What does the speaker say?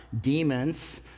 Demons